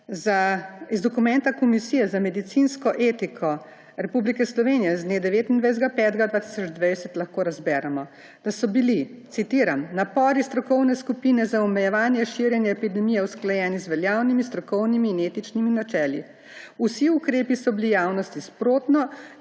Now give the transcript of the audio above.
Iz dokumenta Komisije za medicinsko etiko Republike Slovenije z dne 29. 5. 2020 lahko razberemo, citiram: »Napori strokovne skupine za omejevanje širjenja epidemije so bili usklajeni z veljavnimi, strokovnimi in etičnimi načeli. Vsi ukrepi so bili javnosti sprotno